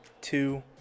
two